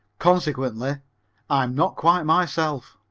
consequently i am not quite myself.